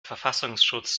verfassungsschutz